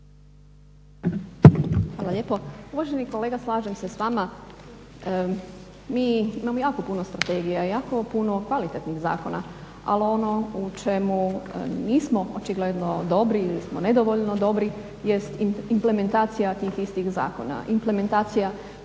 Hvala lijepo. Uvaženi kolega, slažem se s vama. Mi imamo jako puno strategija, jako puno kvalitetnih zakona ali ono o čemu nismo očigledno dobri ili smo nedovoljno dobri jest implementacija tih istih zakona, implementacija